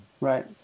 right